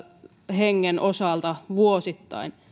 hengen osalta vuosittain